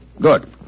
Good